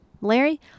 Larry